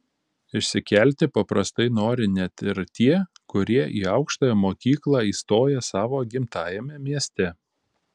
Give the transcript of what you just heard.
išsikelti paprastai nori net ir tie kurie į aukštąją mokyklą įstoja savo gimtajame mieste